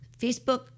Facebook